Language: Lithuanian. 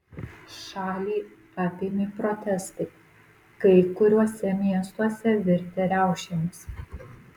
šalį apėmė protestai kai kuriuose miestuose virtę riaušėmis